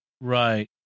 Right